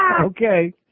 Okay